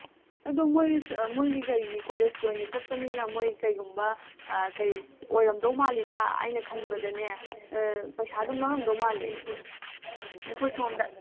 ꯑꯗꯨ ꯃꯣꯏ ꯃꯣꯏꯒꯤ ꯀꯩꯒꯤ ꯀꯣꯂꯦꯖꯀꯤ ꯑꯣꯏꯅ ꯆꯠꯄꯅꯤꯅ ꯃꯣꯏ ꯀꯩꯒꯨꯝꯕ ꯀꯩ ꯑꯣꯏꯔꯝꯗꯣꯏ ꯃꯥꯜꯂꯤꯗ ꯑꯩꯅ ꯈꯟꯕꯗꯅꯦ ꯄꯩꯁꯥ ꯑꯗꯨꯝ ꯂꯧꯔꯃꯗꯣꯏ ꯃꯥꯜꯂꯦ ꯑꯩꯈꯣꯏ ꯁꯣꯃꯗ